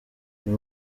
uyu